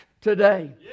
today